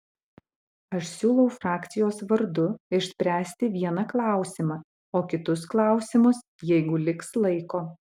aš siūlau frakcijos vardu išspręsti vieną klausimą o kitus klausimus jeigu liks laiko